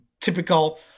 typical